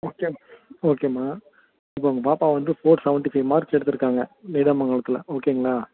okay ஓகேமா இப்போது உங்கள் பாப்பா வந்து ஃபோர் செவன்ட்டி ஃபைவ் மார்க்ஸ் எடுத்திருக்காங்க நீடாமங்கலத்தில் ஓகேங்களா